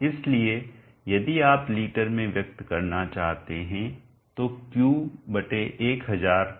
इसलिए यदि आप लीटर में व्यक्त करना चाहते हैं तो Q1000 चित्र में आ जाएगा